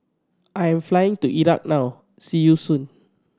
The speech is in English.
I am flying to Iraq now see you soon